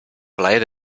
plaer